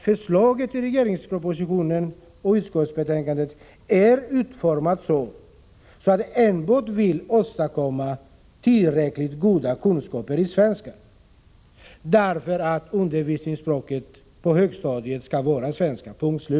Förslaget i regeringspropositionen och i utskottsbetänkandet är nämligen utformat så att eleverna kommer att ges tillräckligt goda kunskaper enbart i svenska, eftersom undervisningsspråket på högstadiet skall vara svenska — punkt och slut.